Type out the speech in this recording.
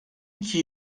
iki